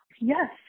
Yes